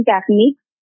techniques